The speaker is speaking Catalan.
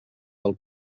del